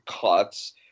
Cuts